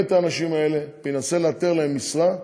את האנשים האלה וינסה לאתר להם משרה,